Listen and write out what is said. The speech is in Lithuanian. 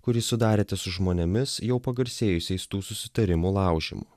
kurį sudarėte su žmonėmis jau pagarsėjusiais tų susitarimų laužymu